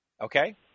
okay